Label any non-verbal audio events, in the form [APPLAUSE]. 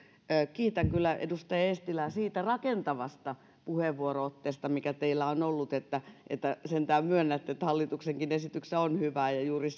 kiitän kyllä edustaja eestilää siitä rakentavasta puheenvuoro otteesta mikä teillä on ollut että että sentään myönnätte että hallituksenkin esityksissä on hyvää ja juuri [UNINTELLIGIBLE]